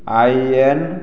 I N